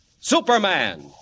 Superman